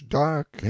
dark